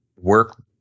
work